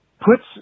Puts